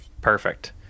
Perfect